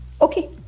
okay